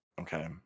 Okay